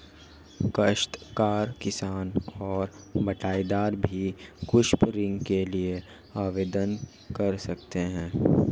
काश्तकार किसान और बटाईदार भी कृषि ऋण के लिए आवेदन कर सकते हैं